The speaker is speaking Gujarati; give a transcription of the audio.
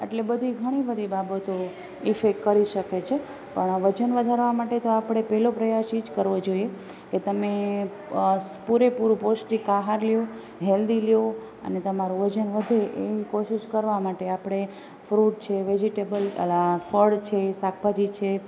એટલે બધી ઘણી બધી બાબતો ઇફેક કરી શકે છે પણ આ વજન વધારવાં માટે તો આપણે પહેલો પ્રયાસ એ જ કરવો જોઈએ કે તમે પૂરેપૂરું પૌષ્ટિક આહાર લો હેલ્દી લો અને તમારો વજન વધે એવી કોશિશ કરવાં માટે આપણે ફ્રૂટ છે વેજીટેબલ અલા ફળ છે શાકભાજી છે